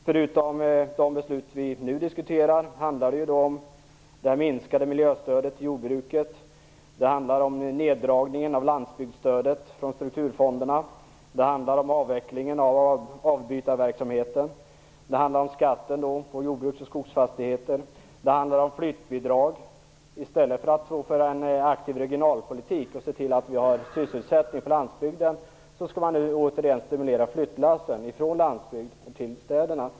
Förutom de beslut vi nu diskuterar handlar det om det minskade miljöstödet till jordbruket, om neddragningen av landsbygdsstödet från strukturfonderna, om avvecklingen av avbytarverksamheten, om skatten på jordbruks och skogsfastigheter och om flyttbidrag. I stället för att föra en aktiv regionalpolitik och se till att det finns sysselsättning på landsbygden skall man återigen stimulera flyttlassen från landsbygden till städerna.